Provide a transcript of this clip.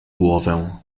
głowę